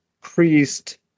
priest